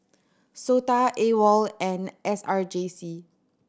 SOTA AWOL and S R J C